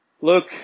look